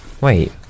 Wait